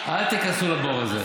אל תיכנסו לבור הזה.